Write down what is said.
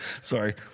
Sorry